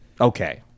Okay